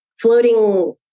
floating